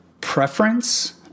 preference